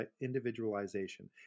individualization